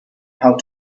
how